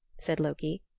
said loki,